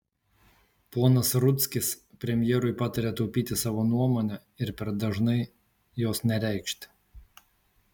ponas rudzkis premjerui pataria taupyti savo nuomonę ir per dažnai jos nereikšti